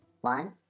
one